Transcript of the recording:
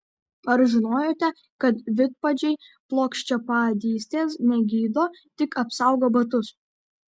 ar žinojote kad vidpadžiai plokščiapadystės negydo tik apsaugo batus